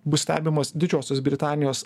bus stebimas didžiosios britanijos